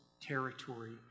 territory